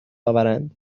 آورند